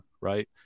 Right